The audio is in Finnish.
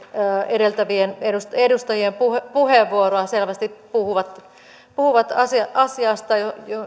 edeltävien edustajien edustajien puheenvuoroja selvästi puhuvat asiasta